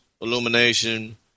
illumination